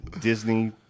Disney